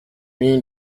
mean